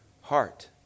heart